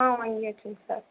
வாங்கியாச்சுங்க sir